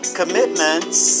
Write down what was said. commitments